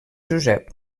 josep